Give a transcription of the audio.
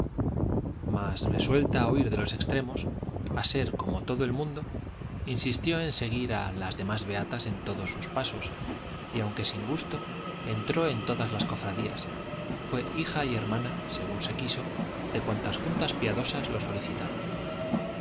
mas resuelta a huir de los extremos a ser como todo el mundo insistió en seguir a las demás beatas en todos sus pasos y aunque sin gusto entró en todas las cofradías fue hija y hermana según se quiso de cuantas juntas piadosas lo solicitaron